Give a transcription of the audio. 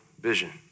vision